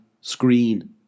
screen